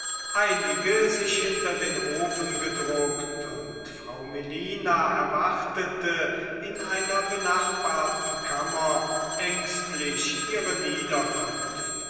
einige sich hinter den ofen gedruckt und frau melina erwartete in einer benachbarten kammer ängstlich ihre niederkunft